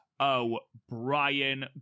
O'Brien